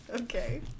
Okay